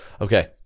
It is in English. okay